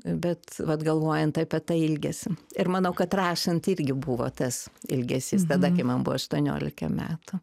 bet vat galvojant apie tą ilgesį ir manau kad rašant irgi buvo tas ilgesys tada kai man buvo aštuoniolika metų